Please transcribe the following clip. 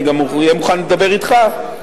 אני גם אהיה מוכן לדבר אתך,